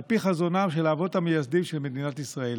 על פי חזונם של האבות המייסדים של מדינת ישראל: